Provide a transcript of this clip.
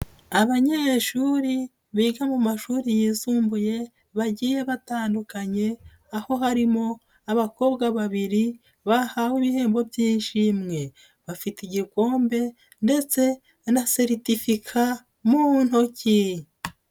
Abanyeshuri biga mu mashuri yisumbuye bagiye batandukanye aho harimo abakobwa babiri bahawe ibihembo by'ishimwe, bafite igikombe ndetse na seritifika mu ntoki.